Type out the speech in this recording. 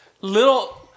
Little